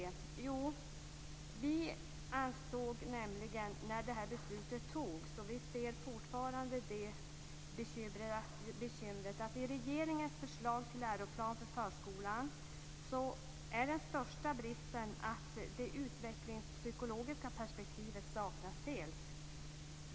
Jo, vi ansåg när det här beslutet antogs, och vi ser fortfarandet det bekymret, att den största bristen i regeringens förslag till läroplan för förskolan är att det utvecklingspsykologiska perspektivet saknas helt.